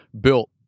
built